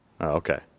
Okay